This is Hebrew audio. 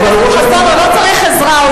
חבר הכנסת חסון, הוא לא צריך עזרה.